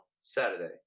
Saturday